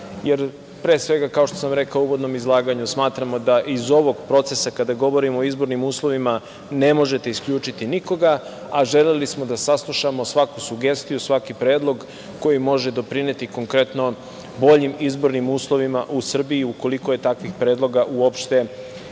jer pre svega, kao što sam rekao u uvodnom izlaganju, smatramo da iz ovog procesa kada govorimo o izbornim uslovima ne možete isključiti nikoga, a želeli smo da saslušamo svaku sugestiju, svaki predlog koji može doprineti konkretno boljim izbornim uslovima u Srbiji ukoliko je takvih predloga uopšte